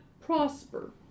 prosper